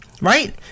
right